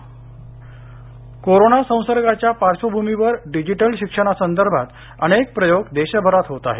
digital शिक्षण corona संसर्गाच्या पार्श्वभूमीवर डिजिटल शिक्षणासंदर्भात अनेक प्रयोग देशभरात होत आहेत